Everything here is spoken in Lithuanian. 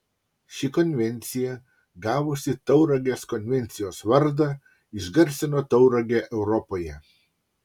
ši konvencija gavusi tauragės konvencijos vardą išgarsino tauragę europoje